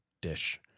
Dish